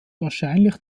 wahrscheinlich